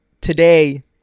today